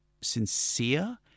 sincere